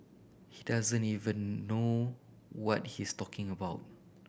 he doesn't even know what he's talking about